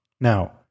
Now